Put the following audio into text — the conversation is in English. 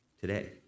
today